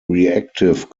reactive